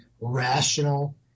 rational